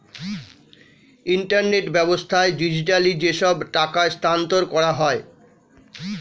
internet ব্যাবস্থায় digitally যেসব টাকা স্থানান্তর করা হয়